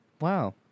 Wow